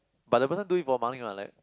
but the person do it for money what like